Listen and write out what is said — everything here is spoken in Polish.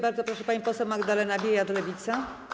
Bardzo proszę, pani poseł Magdalena Biejat, Lewica.